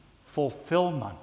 fulfillment